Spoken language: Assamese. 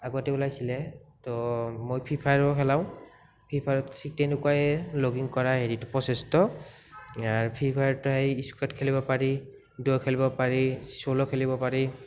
আগতে ওলাইছিলে ত' মই ফ্ৰি ফায়াৰো খেলাওঁ ফ্ৰি ফায়াৰত ঠিক তেনেকুৱাই লগ ইন কৰা হেৰিতো প্ৰ'চেছটো ফ্ৰি ফায়াৰটো হেৰি স্কোৱাৰ্ড খেলিব পাৰি দুৱ' খেলিব পাৰি চ'ল' খেলিব পাৰি